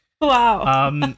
Wow